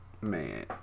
Man